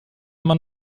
man